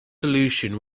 solution